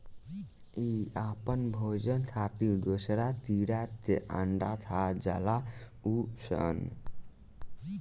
इ आपन भोजन खातिर दोसरा कीड़ा के अंडा खा जालऽ सन